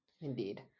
Indeed